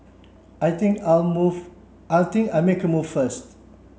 I think I'll move I think I'll make a move first